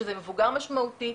שזה מבוגר משמעותי,